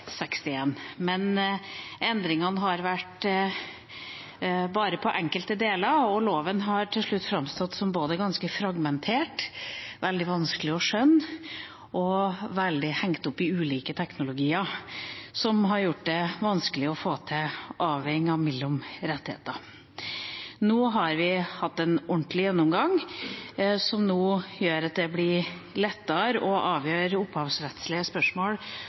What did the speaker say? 1961, men endringene har vært bare av enkelte deler, og loven har til slutt framstått som både ganske fragmentert, veldig vanskelig å skjønne og veldig hengt opp i ulike teknologier som har gjort det vanskelig å få til avveiningen mellom rettigheter. Nå har vi hatt en ordentlig gjennomgang som gjør det lettere å avgjøre opphavsrettslige spørsmål ut fra ulike teknologier, nye markeder og nye forretningsmodeller, men som likevel gjør at